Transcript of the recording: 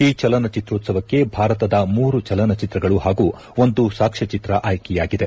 ಈ ಚಲನಚಿತ್ರೋತ್ಪವಕ್ಕೆ ಭಾರತದ ಮೂರು ಚಲನಚಿತ್ರಗಳು ಹಾಗೂ ಒಂದು ಸಾಕ್ಷ್ಮ ಚಿತ್ರ ಆಯ್ಲೆಯಾಗಿದೆ